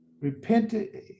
Repented